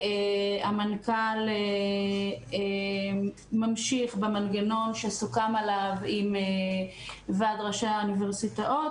המנכ"ל ממשיך במנגנון שסוכם עליו עם ועד ראשי האוניברסיטאות,